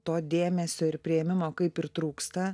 to dėmesio ir priėmimo kaip ir trūksta